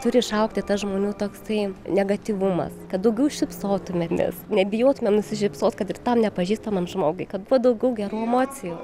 turi išaugti tas žmonių toksai negatyvumas kad daugiau šypsotumėmės nebijotume nusišypsot kad ir tam nepažįstamam žmogui kad kuo daugiau gerų emocijų